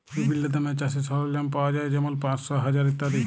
বিভিল্ল্য দামে চাষের সরল্জাম পাউয়া যায় যেমল পাঁশশ, হাজার ইত্যাদি